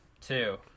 Two